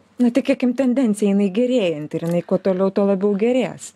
na tikėkim tendencija jinai gerėjanti ir jinai kuo toliau tuo labiau gerės